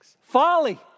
Folly